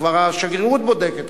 כבר השגרירות בודקת,